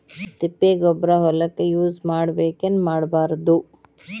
ತಿಪ್ಪಿಗೊಬ್ಬರ ಹೊಲಕ ಯೂಸ್ ಮಾಡಬೇಕೆನ್ ಮಾಡಬಾರದು?